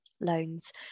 loans